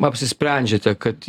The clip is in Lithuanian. apsisprendžiate kad